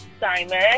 Simon